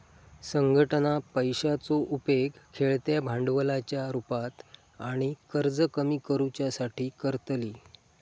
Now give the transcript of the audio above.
संघटना पैशाचो उपेग खेळत्या भांडवलाच्या रुपात आणि कर्ज कमी करुच्यासाठी करतली